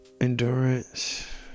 Endurance